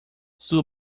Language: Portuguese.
sua